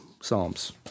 Psalms